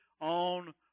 on